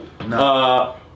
No